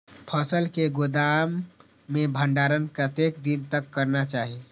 फसल के गोदाम में भंडारण कतेक दिन तक करना चाही?